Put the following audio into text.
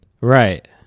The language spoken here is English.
Right